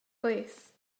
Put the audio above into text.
plîs